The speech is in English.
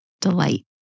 delight